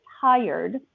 tired